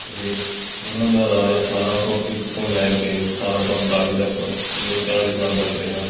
ਅਤੇ ਉਹਨਾਂ ਦਾ ਰਾਜ ਅਠਾਰ੍ਹਾਂ ਸੌ ਇੱਕ ਤੋਂ ਲੈ ਕੇ ਅਠਾਰ੍ਹਾਂ ਸੌ ਉਨਤਾਲੀ ਤੱਕ ਯਾਨੀ ਕਿ ਚਾਲੀ ਸਾਲ ਤੱਕ ਰਿਹਾ